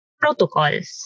protocols